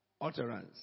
utterance